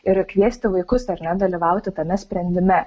ir kviesti vaikus ar ne dalyvauti tame sprendime